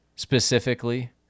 specifically